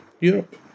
Europe